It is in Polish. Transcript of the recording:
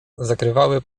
zakrywały